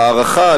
ההערכה,